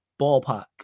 ballpark